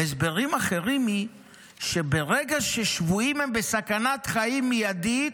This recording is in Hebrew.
והסברים אחרים הם שברגע ששבויים הם בסכנת חיים מיידית,